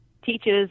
teaches